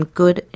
good